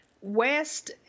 West